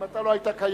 אם אתה לא היית קיים,